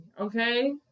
okay